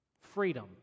Freedom